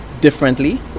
differently